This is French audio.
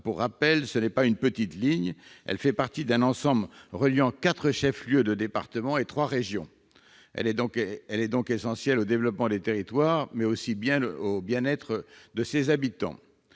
Pour rappel, ce n'est pas une petite ligne : elle fait partie d'un ensemble reliant quatre chefs-lieux de département et trois régions. Elle est donc essentielle au développement des territoires, mais aussi au bien-être de leurs habitants.